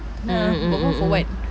mmhmm mm mm mm